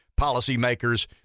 policymakers